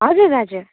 हजुर हजुर